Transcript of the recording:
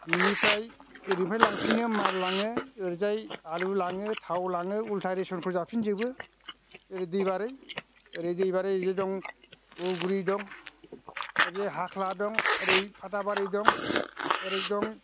बिनिफ्राय ओरैनिफ्राय लांफिनो माल लाङो ओरैजाय आलु लाङो थाव लाङो उलथा रेसनखौ जाफिनजोबो ओरै दै बारै उगुरि दं हाख्ला दं ओरै फाथाबारि दं ओरै दं